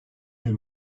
bir